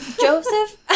Joseph